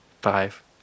five